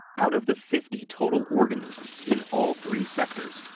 out of the fifty total organisms in all three sectors,